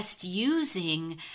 using